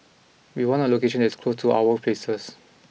we want a location that is close to our places